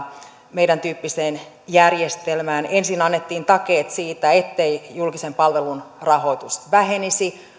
meidän tyyppiseen järjestelmään ensin annettiin takeet siitä ettei julkisen palvelun rahoitus vähenisi